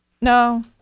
No